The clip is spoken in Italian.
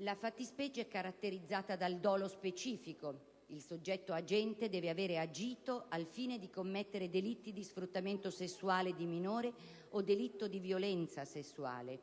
La fattispecie è caratterizzata dal dolo specifico: il soggetto agente deve aver agito al fine di commettere delitti di sfruttamento sessuale di minore o delitto di violenza sessuale.